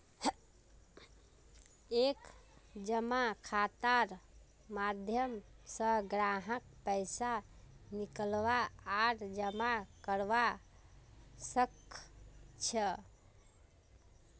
एक जमा खातार माध्यम स ग्राहक पैसा निकलवा आर जमा करवा सख छ